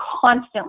constantly